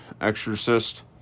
exorcist